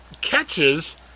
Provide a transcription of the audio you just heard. catches